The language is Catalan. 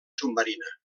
submarina